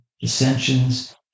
dissensions